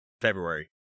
February